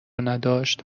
نداشت